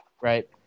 Right